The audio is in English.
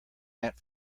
that